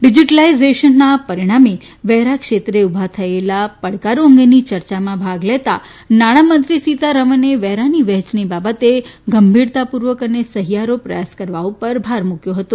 ડિજીટલાઇઝેશનના પરિણામે વેરા ક્ષેત્રે ઉભા થયેલા પડકારો અંગેની ચર્ચામાં ભાગ લેતાં નાણામંત્રી સીતારામને વેરાની વહેંચણી બાબતે ગંભીરતા પૂર્વક અને સહિયારો પ્રથાસ કરવા ઉપર ભાર મૂક્યો હતો